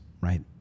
right